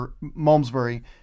Malmesbury